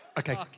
Okay